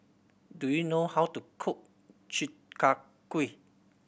do you know how to cook Chi Kak Kuih